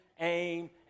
aim